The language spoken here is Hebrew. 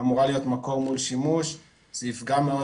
אמורה להיות מקור מול שימוש זה יפגע מאוד